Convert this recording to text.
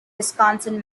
wisconsin